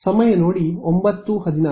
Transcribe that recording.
ವಿದ್ಯಾರ್ಥಿ ಸಮಯ ನೋಡಿ 0914